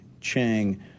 Chang